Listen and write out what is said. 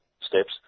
steps